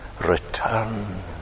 return